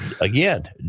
again